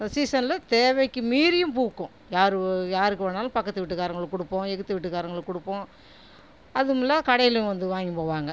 சீசனில் தேவைக்கு மீறியும் பூக்கும் யாரு யாரு போனாலும் பக்கத்து வீட்டுக்காரங்களுக்கு கொடுப்போம் எதுத்த வீட்டுக்காரங்களுக்கு கொடுப்போம் அதுவும் இல்லை கடையிலேயும் வந்து வாங்கிகின்னு போவாங்க